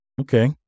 Okay